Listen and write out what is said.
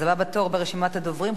אז הבא בתור ברשימת הדוברים,